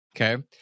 Okay